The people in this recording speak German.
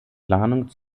planung